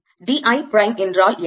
d I prime என்றால் என்ன